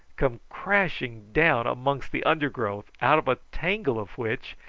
come crashing down amongst the undergrowth, out of a tangle of which,